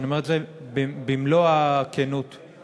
אני אומר את זה במלוא הכנות וההערכה,